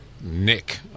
Nick